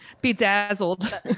Bedazzled